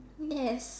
yes